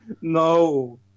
no